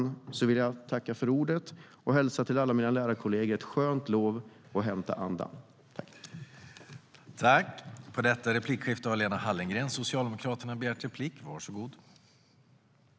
Med det vill jag tacka för ordet och hälsa till alla mina lärarkolleger och önska dem ett skönt lov så att de kan hämta andan.